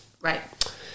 Right